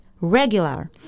regular